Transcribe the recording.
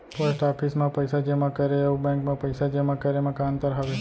post office मा पइसा जेमा करे अऊ बैंक मा पइसा जेमा करे मा का अंतर हावे